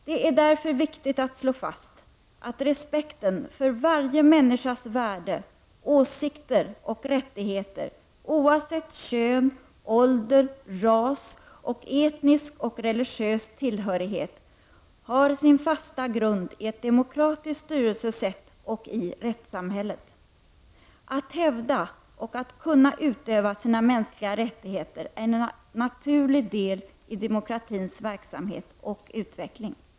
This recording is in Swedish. Det är därför viktigt att slå fast att respekten för varje människas värde, åsikter och rättigheter oavsett kön, ålder, ras och etnisk och religiös tillhörighet, har sin fasta grund i ett demokratiskt styrelsesätt och i rättssamhället. Att hävda och att kunna utöva sina mänskliga rättigheter är en naturlig del i demokratins verksamhet och utveckling.